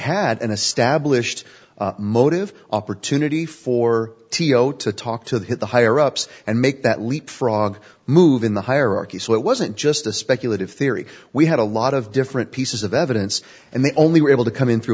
had an established motive opportunity for t o to talk to the hit the higher ups and make that leap frog move in the hierarchy so it wasn't just a speculative theory we had a lot of different pieces of evidence and they only were able to come in through